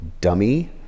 dummy